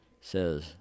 says